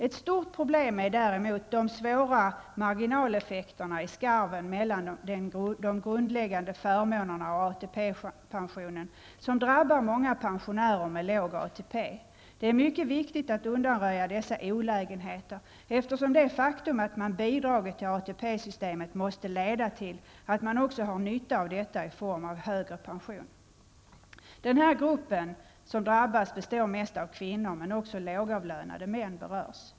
Ett stort problem är däremot de svåra marginaleffekterna i skarven mellan de grundläggande förmånerna och ATP-pensionen, vilka drabbar många pensionärer med låg ATP. Det är mycket viktigt att undanröja dessa olägenheter, eftersom det faktum att man bidragit till ATP systemet måste leda till att man också har nytta av detta i form av högre pension. Den grupp som drabbas består mest av kvinnor, men även lågavlönade män berörs.